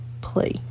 play